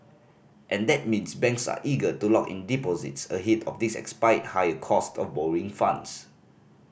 and that means banks are eager to lock in deposits ahead of this expected higher cost of borrowing funds